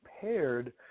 paired